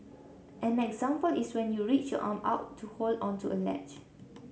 an example is when you reach arm out to hold onto a ledge